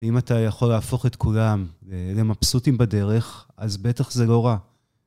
אם אתה יכול להפוך את כולם למבסוטים בדרך, אז בטח זה לא רע.